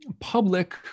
public